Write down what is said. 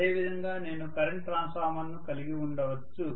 అదేవిధంగా నేను కరెంట్ ట్రాన్స్ఫార్మర్ను కలిగి ఉండవచ్చు